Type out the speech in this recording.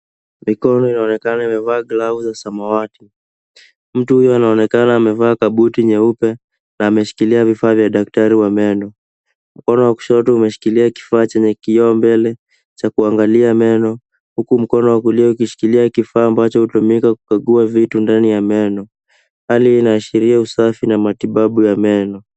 Mikono inaonekana imevaa glavu za zamawati. Mtu huyo anaonekana amevaa kabuti nyeupe na ameshikilia vifaa vya daktari wa meno. Mkono wa kushoto umeshikilia kifaa chenye kioo mbele cha kuangalia meno, huku mkono wa kulia ukishikilia kifaa ambacho hutumika kukagua vitu ndani ya meno. Hali hii inaashiria usafi na matibabu ya meno.